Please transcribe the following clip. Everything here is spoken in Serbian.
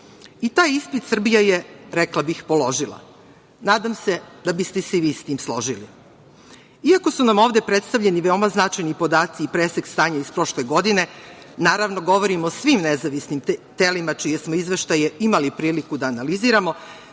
I taj ispit Srbija je, rekla bih, položila. Nadam se da biste se i vi sa tim složili. Iako su nam ovde predstavljeni veoma značajni podaci i presek stanja iz prošle godine, naravno, govorim o svim nezavisnim telima čije smo izveštaje imali priliku da analiziramo,